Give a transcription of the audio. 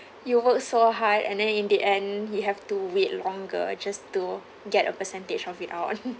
you work so hard and then in the end he have to wait longer just to get a percentage of it out